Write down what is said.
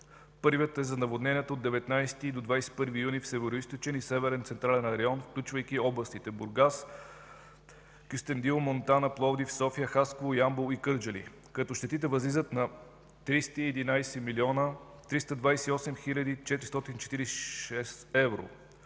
Първият е за наводненията от 19 до 21 юни в Североизточен и Северен централен район, включвайки областите Бургас, Кюстендил, Монтана, Пловдив, София, Хасково, Ямбол и Кърджали, като щетите възлизат на 311 млн. 328 хил. 446 евро,